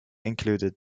included